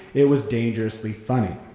it was dangerously funny.